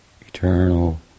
eternal